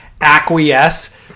acquiesce